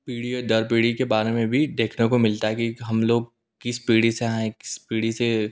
पीड़ियों दर पीढ़ी के बारे में भी देखने को मिलता है कि हम लोग किस पीढ़ी से आए हैं किस पीढ़ी से